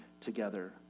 together